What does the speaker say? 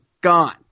gone